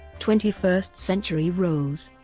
twenty first century roles